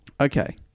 Okay